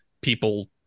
people